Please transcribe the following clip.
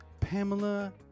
Pamela